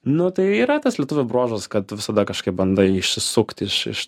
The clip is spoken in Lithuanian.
nu tai yra tas lietuvių bruožas kad visada kažkaip bandai išsisukt iš iš